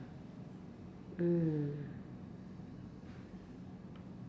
mm